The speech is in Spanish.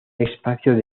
espacio